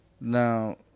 Now